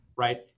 right